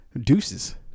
Deuces